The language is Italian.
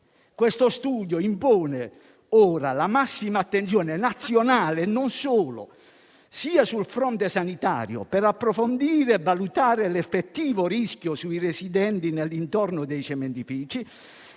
Questo studio impone ora la massima attenzione, nazionale e non solo, sia sul fronte sanitario, per approfondire e valutare l'effettivo rischio sui residenti nei dintorni dei cementifici,